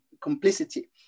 complicity